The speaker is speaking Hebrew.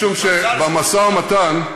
משום שבמשא-ומתן,